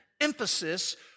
emphasis